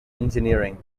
engineering